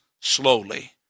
slowly